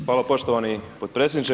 Hvala poštovani potpredsjedniče.